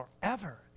forever